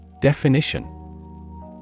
Definition